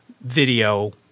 video